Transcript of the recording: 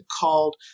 called